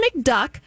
McDuck